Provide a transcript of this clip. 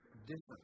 different